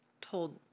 told